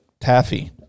taffy